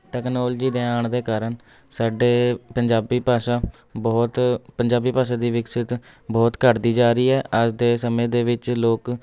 technology ਦੇ ਆਉਣ ਦੇ ਕਾਰਨ ਸਾਡੇ ਪੰਜਾਬੀ ਭਾਸ਼ਾ ਬਹੁਤ ਪੰਜਾਬੀ ਭਾਸ਼ਾ ਦੀ ਵਿਕਸਿਤ ਬਹੁਤ ਘੱਟਦੀ ਜਾ ਰਹੀ ਹੈ ਅੱਜ ਦੇ ਸਮੇਂ ਦੇ ਵਿੱਚ ਲੋਕ